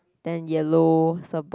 then yellow surf board